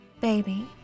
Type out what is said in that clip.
Baby